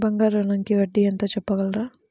బంగారు ఋణంకి వడ్డీ ఎంతో చెప్పగలరా?